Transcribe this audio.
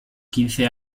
quince